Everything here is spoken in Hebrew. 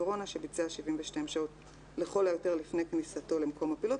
קורונה שביצע 72 שעות לכל היותר לפני כניסתו למקום הפעילות.